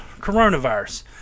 coronavirus